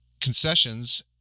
concessions